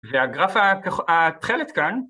והגרף התכלת כאן